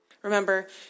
Remember